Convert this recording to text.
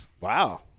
Wow